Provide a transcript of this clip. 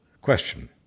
question